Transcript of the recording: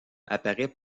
apparaît